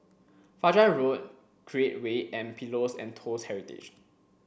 Fajar Road Create Way and Pillows and Toast Heritage